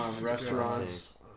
restaurants